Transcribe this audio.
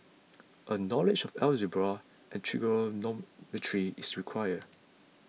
a knowledge of algebra and trigonometry is required